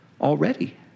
already